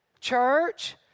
Church